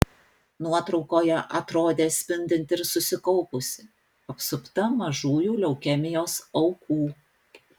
nuotraukoje atrodė spindinti ir susikaupusi apsupta mažųjų leukemijos aukų